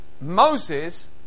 Moses